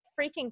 freaking